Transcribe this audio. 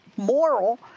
moral